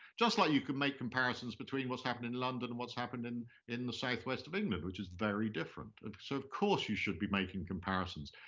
just like you can make comparisons between what's happened in london and what's happened in in the southwest of england, which is very different. so of course, you should be making comparisons,